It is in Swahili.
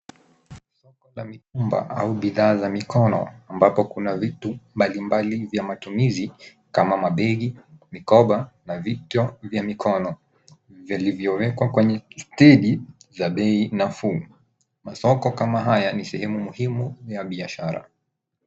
Soko la mitumba au bidhaa za mikono ambapo kuna vitu mbalimbali vya matumizi kama mabegi, mikoba na vito vya mikono vilvyowekwa kwenye steji za bei nafuu. Masoko kama haya ni sehemu muhimu ya biashara.